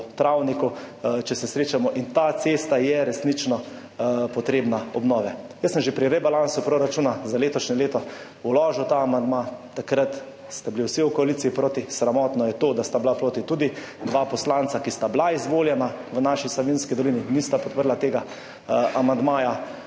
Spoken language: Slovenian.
travniku – če se srečamo. Ta cesta je resnično potrebna obnove. Jaz sem že pri rebalansu proračuna za letošnje leto vložil ta amandma. Takrat ste bili vsi v koaliciji proti. Sramotno je to, da sta bila proti tudi dva poslanca, ki sta bila izvoljena v naši Savinjski dolini, nista podprla tega amandmaja.